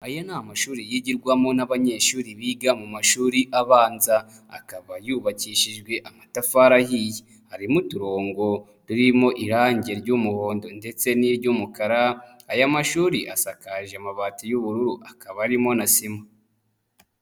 Aya ni amashuri yigirwamo n'abanyeshuri biga mu mashuri abanza akaba yubakishijwe amatafari ahiye, harimo uturongo turimo irangi ry'umuhondo ndetse n'iry'umukara, aya mashuri asakaje amabati y'ubururu akaba arimo na sima.